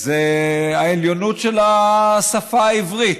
העליונות של השפה העברית.